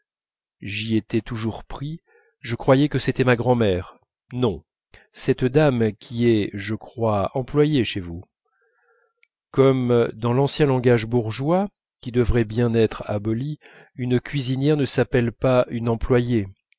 j'y étais toujours pris je croyais que c'était ma grand'mère non cette dame qui est je crois employée chez vous comme dans l'ancien langage bourgeois qui devrait bien être aboli une cuisinière ne s'appelle pas une employée